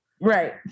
Right